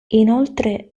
inoltre